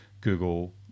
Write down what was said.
google